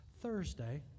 Thursday